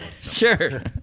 sure